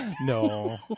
No